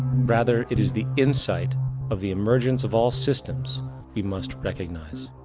rather it is the insight of the emergence of all systems we must recognize.